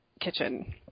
kitchen